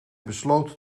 besloot